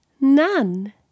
none